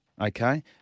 Okay